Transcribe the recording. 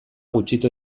gutxitu